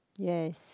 yes